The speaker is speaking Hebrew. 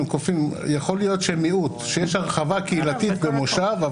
יכול להיות שיש הרחבה קהילתית במושב,